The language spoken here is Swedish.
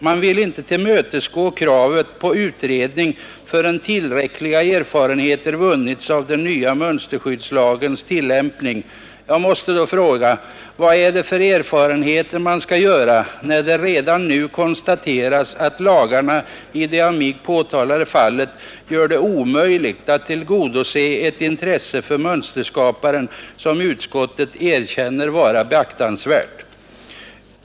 Man vill inte tillmötesgå kravet på utredning förrän tillräckliga erfarenheter vunnits av den nya mönsterskyddslagens tillämpning. Jag måste fråga: Vad är det för erfarenheter man skall skaffa sig när det redan nu konstateras att lagarna i det av mig påtalade fallet gör det omöjligt att tillgodose ett intresse för mönsterskaparen som utskottet erkänner vara beaktansvärt?